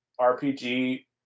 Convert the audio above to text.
RPG